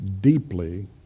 deeply